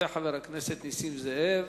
חבר הכנסת נסים זאב,